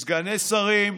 יש סגני שרים,